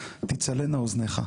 תיצלנה אוזניך.